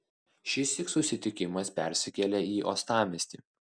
šįsyk susitikimas persikelia į uostamiestį